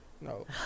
no